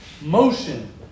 Motion